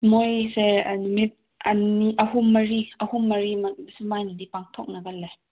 ꯃꯣꯏꯁꯦ ꯅꯨꯃꯤꯠ ꯑꯍꯨꯝ ꯃꯔꯤ ꯑꯍꯨꯝ ꯃꯔꯤꯃꯛ ꯁꯨꯃꯥꯏꯅꯗꯤ ꯄꯥꯡꯊꯣꯛꯅꯒꯜꯂꯦ